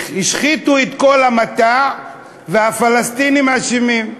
השחיתו את כל המטע, והפלסטינים אשמים.